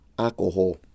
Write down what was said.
Alcohol